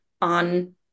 on